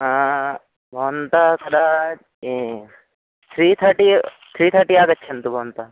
आ भवन्त चल एकं त्री थर्टि थ्री थर्टि आगच्छन्तु भवन्तः